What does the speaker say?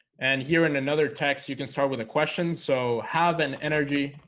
and here in another text you can start with a question so has an energy